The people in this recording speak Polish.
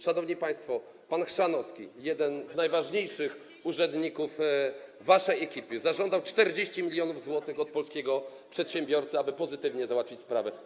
Szanowni państwo, pan Chrzanowski, jeden z najważniejszych urzędników w waszej ekipie, zażądał 40 mln zł od polskiego przedsiębiorcy, aby pozytywnie załatwić sprawy.